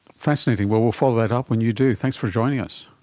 fascinating. well, we'll follow that up when you do. thanks for joining us.